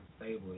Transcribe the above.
stable